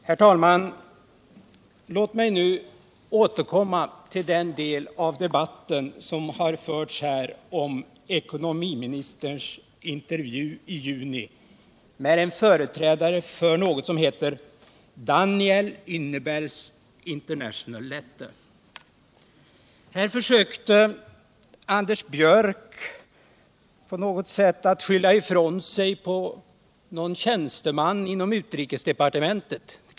Herr talman! Låt mig nu återkomma till den del av debatten som förts här om ekonomiministerns intervju i juni med en företrädare för något som heter Danielle Hunebelle's International Letter. Här försökte Anders Björck på något sätt att skylla ifrån sig på någon tjänsteman i utrikesdepartementet.